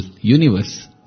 universe